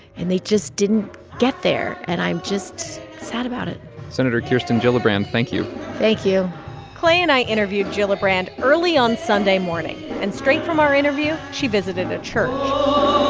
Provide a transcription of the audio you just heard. and they just didn't get there. and i'm just sad about it senator kirsten gillibrand, thank you thank you clay and i interviewed gillibrand early on sunday morning. and straight from our interview, she visited a church oh,